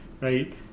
right